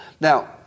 now